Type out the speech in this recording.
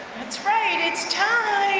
it's right, it's time.